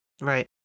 Right